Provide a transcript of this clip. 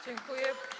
Dziękuję.